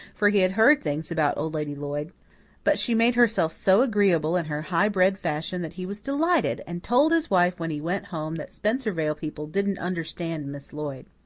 for he had heard things about old lady lloyd but she made herself so agreeable in her high-bred fashion that he was delighted, and told his wife when he went home that spencervale people didn't understand miss lloyd.